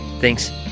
Thanks